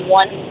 one